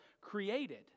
created